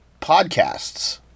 podcasts